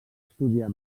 estudiar